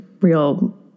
real